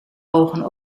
ogen